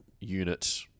unit